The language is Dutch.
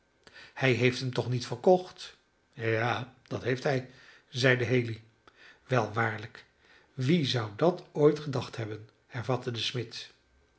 hij heeft hem toch niet verkocht ja dat heeft hij zeide haley wel waarlijk wie zou dat ooit gedacht hebben hervatte de smid